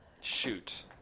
Shoot